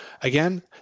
Again